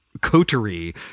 coterie